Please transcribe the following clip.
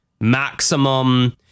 maximum